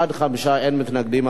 בעד, 5, אין מתנגדים.